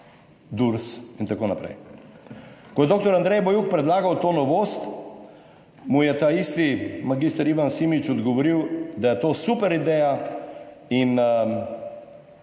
Durs in tako naprej. Ko je dr. Andrej Bajuk predlagal to novost, mu je ta isti mag. Ivan Simič odgovoril, da je to super ideja in